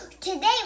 Today